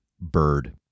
bird